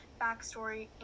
backstory